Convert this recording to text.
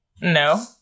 No